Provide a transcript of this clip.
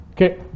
Okay